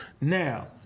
now